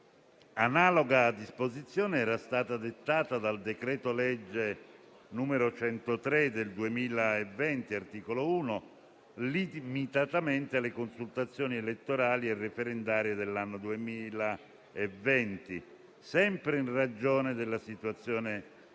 Analoga disposizione era stata dettata dal decreto-legge 14 agosto 2020, n. 103, articolo 1, limitatamente alle consultazioni elettorali e referendarie dell'anno 2020, sempre in ragione della situazione